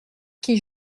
qui